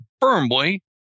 firmly